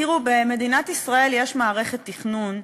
במדינת ישראל יש מערכת תכנון.